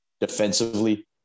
defensively